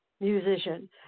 musician